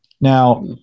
Now